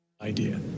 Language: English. idea